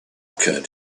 occurred